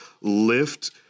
lift